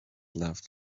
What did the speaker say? laughed